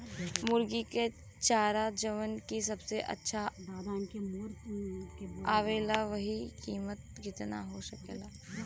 मुर्गी के चारा जवन की सबसे अच्छा आवेला ओकर कीमत केतना हो सकेला?